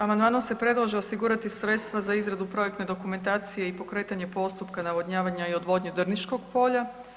Amandmanom se predlaže osigurati sredstva za izradu projektne dokumentacije i pokretanje postupka navodnjavanja i odvodnje Drniškog polja.